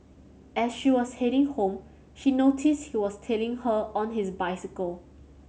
as she was heading home she noticed he was tailing her on his bicycle